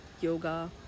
yoga